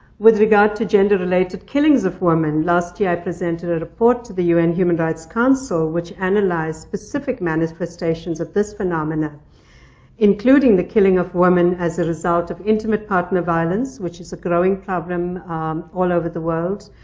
with regard to gender-related killings of women, last year i presented a report to the un human rights council, which analyzed specific manifestations of this phenomenon including the killing of women as a result of intimate partner violence, which is a growing problem all over the world.